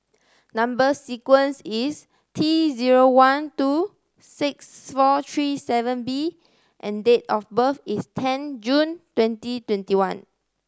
number sequence is T zero one two six four three seven B and date of birth is ten June twenty twenty one